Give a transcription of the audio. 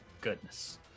goodness